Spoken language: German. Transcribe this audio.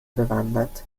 bewandert